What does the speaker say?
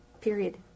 period